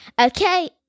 okay